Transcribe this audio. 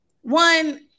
one